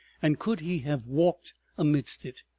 and could he have walked amidst it.